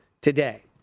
today